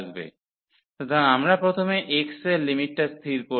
সুতরাং আমরা প্রথমে x এর লিমিটটা স্থির করব